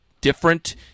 different